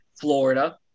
Florida